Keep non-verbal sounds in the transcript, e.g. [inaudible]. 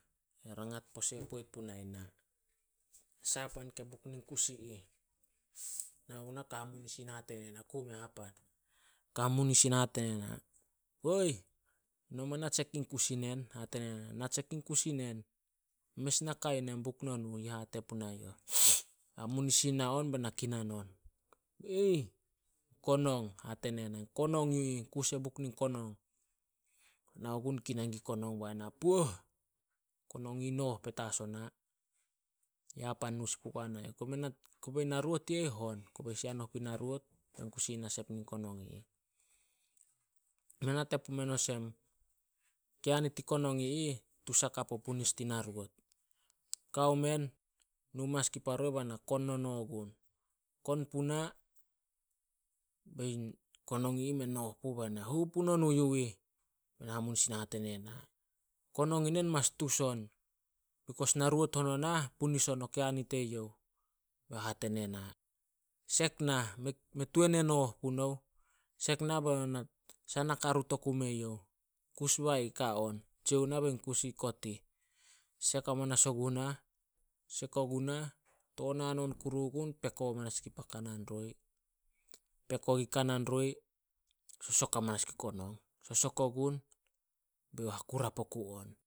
Ye rangat pose poit punai na, sa pan ke buk nin kus i ih. Nao gunah, kao hamunisin hate e na, ku mea hapan, "Hoih, noma na tsek in kus inen." Hate ne na, "Na tsek in kus i nen. Mes naka yu nen buk nonuh," yi hate punai youh. Hamunisin na on be na kinan on, "Aih, in konong, [unintelligible] konong yu ih, kus e buk nin konong." Nao gun kinan gui konong, bai na, "Puoh! Konong i ih noh petas ona. Ya pan nu sin pugua nai youh." Kobei narout yu eh i hon, kobe i sianoh pui narout, bei kus ih na sp nin konong i ih. Mei nate pumen olsem keani tin konong i ih tus hakap o punis tin na rout. Kao men, nu manas gun pa roi be na kon nono gun. Kon puna, bein konong i ih, mea noh puh. Bai na, "Hou punonuh." Hamusin hate nena, "Konog i nen mas tus on, becos narout hon onah, punis on o keani te youh e. Be youh hate ne na, sek nah, mei tuan noh punouh. Sek nah beno sanak harut oku me youh. Kus be ih ka on, tsia na bein kus i kot i. Sek amanas ogu nah, sek ogu nah, toon hanon kuru gun, peko amanas gun pa kanan roi, peko gun kanan roi, sosok amanas gun in konong, sosok o gun be youh hakurap oku on.